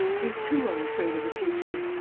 you too are afraid of the future!